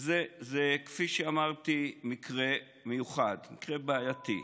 כפי שאמרתי, זה מקרה מיוחד, מקרה בעייתי,